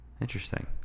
interesting